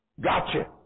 Gotcha